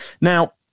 now